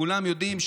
כולם יודעים,